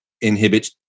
inhibits